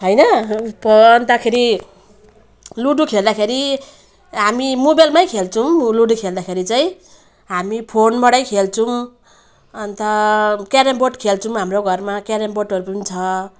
होइन पो अन्तखेरि लुडो खेल्दाखेरि हामी मोबाइलमै खेल्छौँ लुडो खेल्दाखेरि चाहिँ हामी फोनबाटै खेल्छौँ अन्त क्यारम बोर्ड खेल्छौँ हाम्रो घरमा क्यारम बोर्डहरू पनि छ